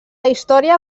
història